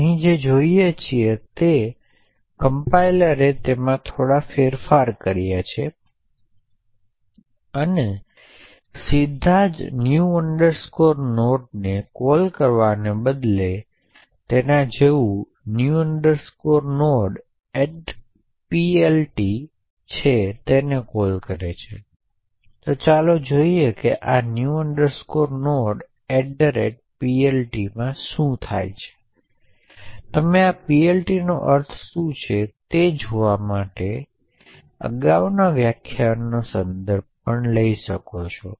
અને જો તમે ખરેખર તમારા પોતાના મશીન પર આ ચોક્કસ convert ચેનલને નકલ કરવાનો પ્રયાસ કરી રહ્યાં છો તો તમે આ ૨ કાર્યોમાંથી એકને યોગ્ય રીતે સક્ષમ કરી શકો છો